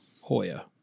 Hoya